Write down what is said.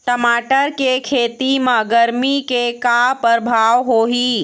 टमाटर के खेती म गरमी के का परभाव होही?